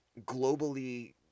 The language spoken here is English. globally